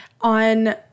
On